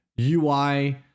UI